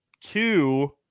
Two